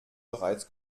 bereits